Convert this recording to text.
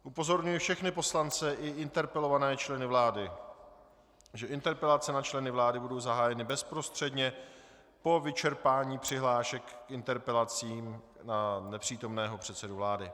Upozorňuji všechny poslance i interpelované členy vlády, že interpelace na členy vlády budou zahájeny bezprostředně po vyčerpání přihlášek k interpelacím na nepřítomného předsedu vlády.